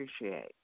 appreciate